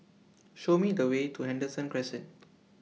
Show Me The Way to Henderson Crescent